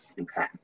Okay